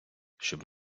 щоб